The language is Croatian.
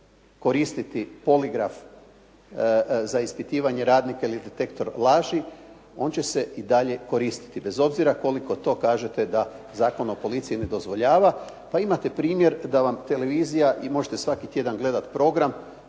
koristiti poligraf za ispitivanje radnika ili detektor laži on će se i dalje koristiti bez obzira koliko to kažete da Zakon o policiji ne dozvoljava. Pa imate primjer da vam televizija, i možete svaki tjedan gledati program